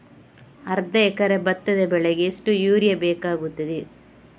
ಅರ್ಧ ಎಕರೆ ಭತ್ತ ಬೆಳೆಗೆ ಎಷ್ಟು ಯೂರಿಯಾ ಬೇಕಾಗುತ್ತದೆ?